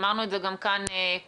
אמרנו את זה גם כאן קודם,